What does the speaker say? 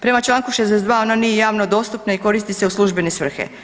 Prema Članku 62. ona nije javno dostupna i koristi se u službene svrhe.